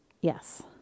Yes